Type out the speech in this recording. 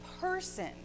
person